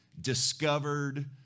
discovered